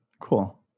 Cool